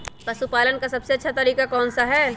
पशु पालन का सबसे अच्छा तरीका कौन सा हैँ?